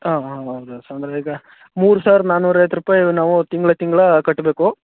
ಹಾಂ ಹಾಂ ಹೌದು ಅಂದರೀಗ ಮೂರು ಸಾವಿರದ ನಾನೂರ ಐವತ್ತು ರೂಪಾಯಿ ನಾವು ತಿಂಗ್ಳು ತಿಂಗ್ಳು ಕಟ್ಟಬೇಕು